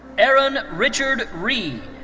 aaron richard reed.